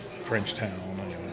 Frenchtown